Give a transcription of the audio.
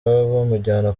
bamujyana